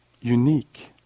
unique